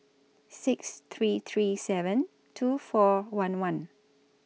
six three three seven two four one one